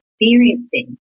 experiencing